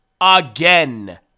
again